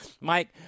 Mike